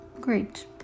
great